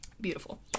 Beautiful